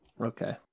Okay